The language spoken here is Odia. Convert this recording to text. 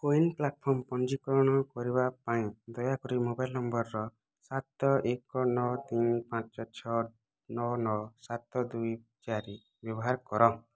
କୋୱିନ୍ ପ୍ଲାଟଫର୍ମ୍ ପଞ୍ଜୀକରଣ କରିବା ପାଇଁ ଦୟାକରି ମୋବାଇଲ୍ ନମ୍ବର୍ ର ସାତ ଏକ ନଅ ତିନି ପାଞ୍ଚ ଛଅ ନଅ ନଅ ସାତ ଦୁଇ ଚାରି ବ୍ୟବହାର କର